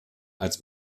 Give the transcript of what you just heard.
als